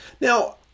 Now